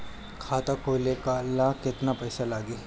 खाता खोले ला केतना पइसा लागी?